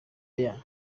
aya